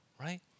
right